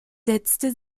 setzte